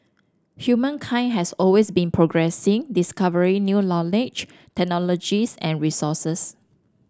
humankind has always been progressing discovering new knowledge technologies and resources